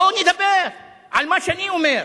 בואו נדבר על מה שאני אומר,